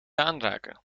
aanraken